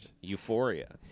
Euphoria